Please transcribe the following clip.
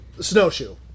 Snowshoe